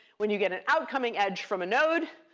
when you get an outcoming edge from a node,